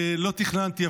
לא תכננתי,